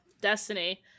Destiny